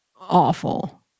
awful